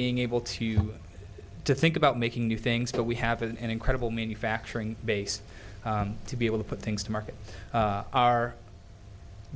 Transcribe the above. being able to to think about making new things but we have an incredible manufacturing base to be able to put things to market our